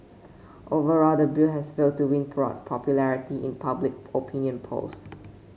overall the bill has failed to win broad popularity in public opinion polls